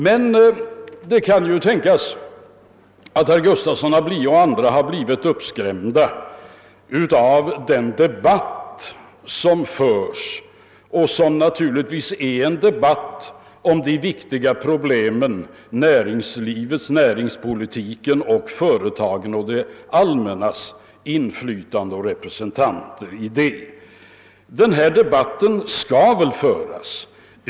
Men det kan ju tänkas att herr Gustafson i Göteborg och andra har blivit uppskrämda av den debatt som förs om de viktiga problemen för näringspolitiken och företagen samt det allmännas inflytande. Denna debatt skall väl föras.